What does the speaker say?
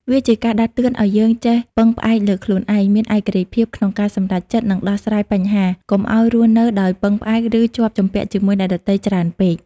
វាជាការដាស់តឿនឲ្យយើងចេះពឹងផ្អែកលើខ្លួនឯង មានឯករាជ្យភាពក្នុងការសម្រេចចិត្ត និងដោះស្រាយបញ្ហា កុំឲ្យរស់នៅដោយពឹងផ្អែក ឬជាប់ជំពាក់ជាមួយអ្នកដទៃច្រើនពេក។